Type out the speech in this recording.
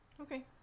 Okay